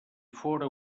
fóra